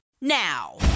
now